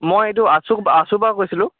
মই এইটো আছু আছুৰ পৰা কৈছিলোঁ